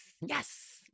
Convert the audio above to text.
Yes